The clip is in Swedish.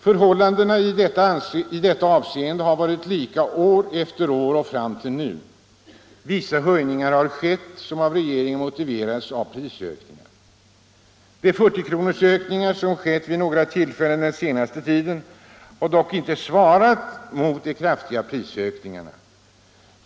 Förhållandena i detta avseende har varit lika år efter år fram till nu. Vissa höjningar har skett, som enligt regeringen motiverats av prisökningar. De ökningar med 40 kr. som skett vid några tillfällen den senaste tiden har dock inte svarat mot de kraftiga prisökningarna.